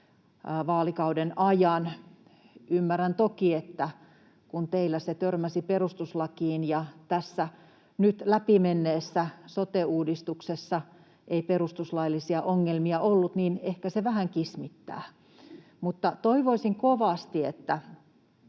vaalikauden ajan... Ymmärrän toki, että kun teillä se törmäsi perustuslakiin ja tässä nyt läpi menneessä sote-uudistuksessa ei perustuslaillisia ongelmia ollut, niin ehkä se vähän kismittää. Mutta toivoisin kovasti, että